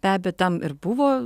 be abejo tam ir buvo